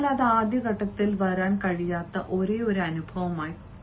എന്നാൽ അത് ആദ്യ ഘട്ടത്തിൽ വരാൻ കഴിയാത്ത ഒരേയൊരു അനുഭവവുമായി വരും